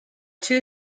two